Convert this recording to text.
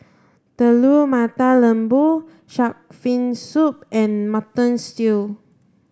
Telur Mata Lembu shark fin soup and mutton stew